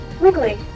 wiggly